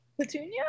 Petunia